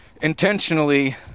intentionally